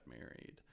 married